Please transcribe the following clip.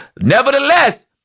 Nevertheless